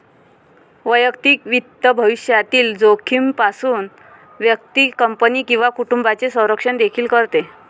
वैयक्तिक वित्त भविष्यातील जोखमीपासून व्यक्ती, कंपनी किंवा कुटुंबाचे संरक्षण देखील करते